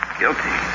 guilty